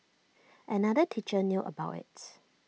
another teacher knew about IT